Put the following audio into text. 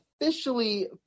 officially